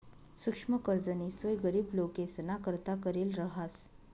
सुक्ष्म कर्जनी सोय गरीब लोकेसना करता करेल रहास